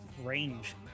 range